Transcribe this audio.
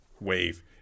wave